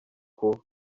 kuba